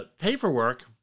paperwork